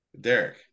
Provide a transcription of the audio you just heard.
Derek